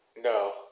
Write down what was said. No